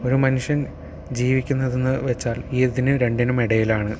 ഒരു മനുഷ്യൻ ജീവിക്കുന്നതെന്ന് വച്ചാൽ ഇതിന് രണ്ടിനും ഇടയിലാണ്